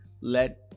let